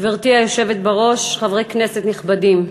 גברתי היושבת בראש, חברי כנסת נכבדים,